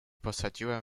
posadziłem